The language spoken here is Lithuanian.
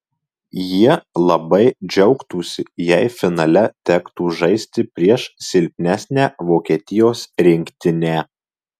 jie labai džiaugtųsi jei finale tektų žaisti prieš silpnesnę vokietijos rinktinę